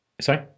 Sorry